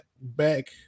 back